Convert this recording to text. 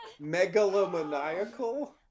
Megalomaniacal